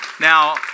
Now